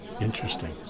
Interesting